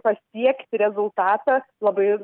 pasiekti rezultatą labai